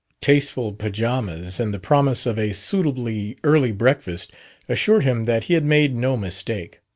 tasteful pajamas and the promise of a suitably early breakfast assured him that he had made no mistake.